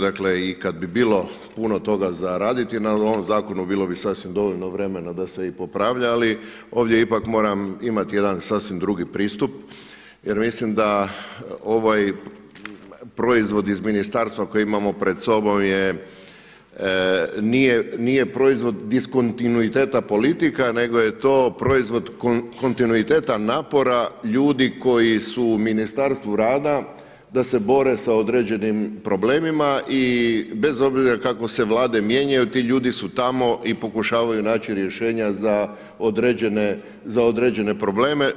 Dakle i kada bi bilo puno toga za raditi na ovom zakonu bilo bi sasvim dovoljno vremena da se i popravlja ali ovdje ipak moram imati jedan sasvim drugi pristup jer mislim da ovaj proizvod iz ministarstva koji imamo pred sobom je, nije proizvod diskontinuiteta politika nego je to proizvod kontinuiteta napora ljudi koji su u Ministarstvu rada da se bore sa određenim problemima i bez obzira kako se vlade mijenjaju ti ljudi su tamo i pokušavaju naći rješenja za određene probleme.